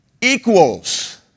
equals